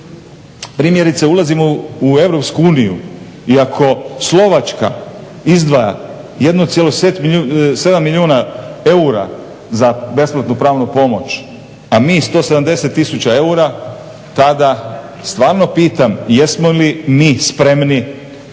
Primjerice ulazimo u EU i ako Slovačka izdvaja 1,7 milijuna eura za besplatnu pravnu pomoć, a mi 170 tisuća eura, tada stvarno pitam jesmo li mi spremni na